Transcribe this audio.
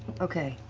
okay.